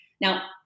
now